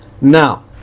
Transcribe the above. Now